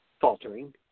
faltering